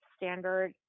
standard